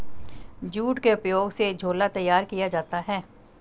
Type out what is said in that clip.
jute के उपयोग से झोला तैयार किया जाता है